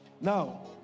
Now